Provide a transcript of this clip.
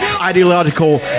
ideological